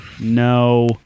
No